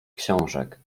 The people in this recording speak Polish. książek